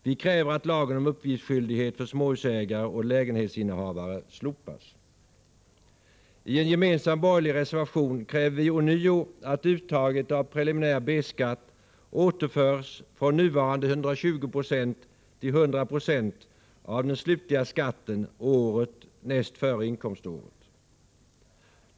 Vi kräver att lagen om uppgiftsskyldighet för småhusägare och lägenhetsinnehavare slopas. I en gemensam borgerlig reservation kräver vi ånyo att uttaget av preliminär B-skatt återförs från nuvarande 120 9 till 100 96 av den slutliga skatten året näst före inkomståret.